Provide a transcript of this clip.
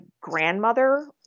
grandmother